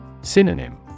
Synonym